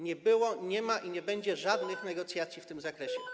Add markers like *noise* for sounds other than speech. Nie było, nie ma i nie będzie żadnych negocjacji *noise* w tym zakresie.